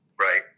right